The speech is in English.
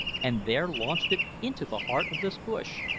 and there launched it into the heart of this bush,